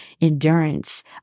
endurance